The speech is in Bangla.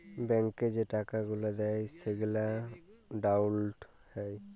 ব্যাংকে যে টাকা গুলা দেয় সেগলা ডাউল্লড হ্যয়